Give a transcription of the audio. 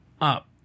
up